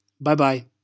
bye-bye